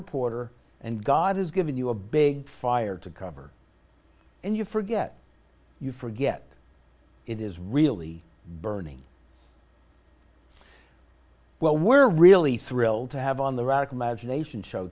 reporter and god is giving you a big fire to cover and you forget you forget it is really burning well we're really thrilled to have on the rack imagination show